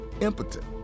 impotent